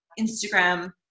Instagram